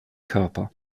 körper